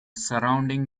surrounding